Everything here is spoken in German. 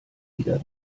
wieder